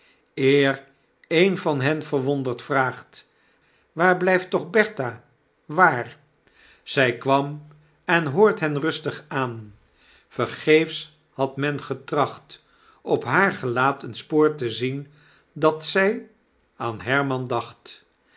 eer een van hen verwonderd vraagt waar blfift toch bertha waar zy kwam en hoort hen rustig aan vergeefs had men getracht op haar gelaat een spoor te zien dat zy aan herman dacht